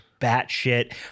batshit